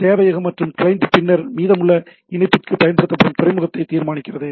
சேவையகம் மற்றும் கிளையன்ட் பின்னர் மீதமுள்ள இணைப்பிற்குப் பயன்படுத்தும் துறைமுகத்தை தீர்மானிக்கிறது